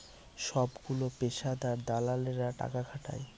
সবগুলো পেশাদার দালালেরা টাকা খাটায়